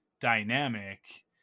dynamic